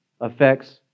affects